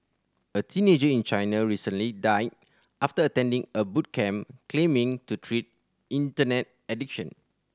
a teenager in China recently died after attending a boot camp claiming to treat Internet addiction